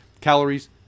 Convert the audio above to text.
calories